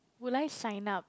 will I sign up